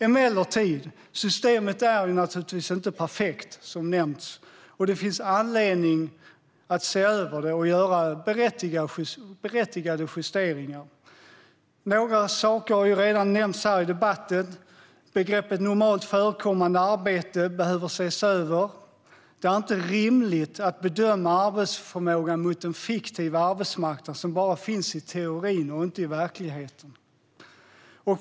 Emellertid är systemet som nämnts inte perfekt, och det finns anledning att se över det och göra berättigade justeringar. Några saker har redan nämnts här i debatten. Begreppet "normalt förekommande arbete" behöver ses över. Det är inte rimligt att bedöma arbetsförmågan mot en fiktiv arbetsmarknad som bara finns i teorin och inte i verkligheten.